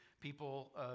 people